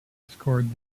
scored